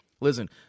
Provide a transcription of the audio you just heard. Listen